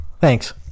thanks